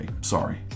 Sorry